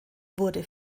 wurde